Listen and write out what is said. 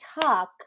talk